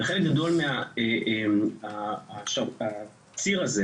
חלק גדול מהציר הזה,